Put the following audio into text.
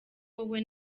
wowe